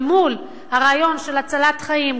אל מול הרעיון של הצלת חיים,